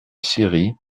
scierie